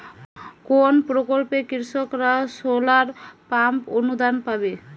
কোন প্রকল্পে কৃষকরা সোলার পাম্প অনুদান পাবে?